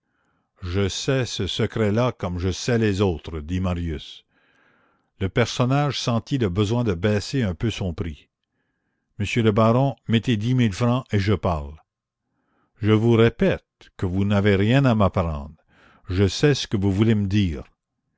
je sais ce secret-là comme je sais les autres dit marius le personnage sentit le besoin de baisser un peu son prix monsieur le baron mettez dix mille francs et je parle je vous répète que vous n'avez rien à m'apprendre je sais ce que vous voulez me dire